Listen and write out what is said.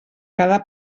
cada